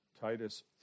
Titus